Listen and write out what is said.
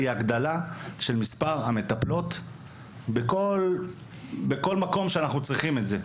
היא הגדלה של מספר המטפלות בכל מקום שאנחנו צריכים את זה.